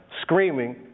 screaming